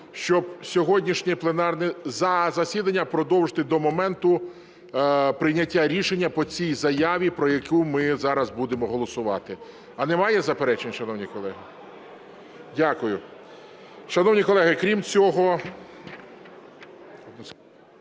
щоб сьогоднішнє пленарне засідання продовжити до моменту прийняття рішення по цій заяві, про яку ми зараз будемо голосувати. Немає заперечень, шановні колеги? Дякую. Шановні колеги, крім цього,